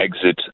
exit